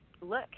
look